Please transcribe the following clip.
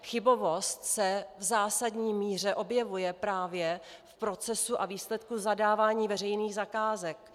Chybovost se v zásadní míře objevuje právě v procesu a výsledku zadávání veřejných zakázek.